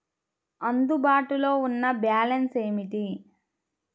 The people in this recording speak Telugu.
అందుబాటులో ఉన్న బ్యాలన్స్ ఏమిటీ?